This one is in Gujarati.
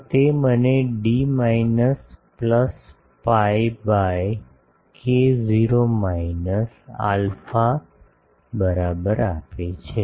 તો તે મને D minus plus pi by K0 minus alpha બરાબર આપે છે